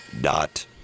dot